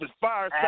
fire